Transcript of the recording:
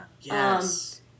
Yes